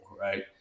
Right